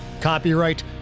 Copyright